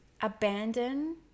abandon